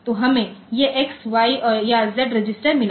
तो हमें यह एक्स वाई या जेड रजिस्टर मिला है